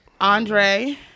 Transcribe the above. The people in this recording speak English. Andre